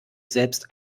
selbst